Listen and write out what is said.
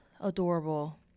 adorable